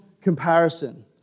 comparison